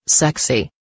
sexy